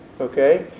Okay